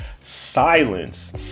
silence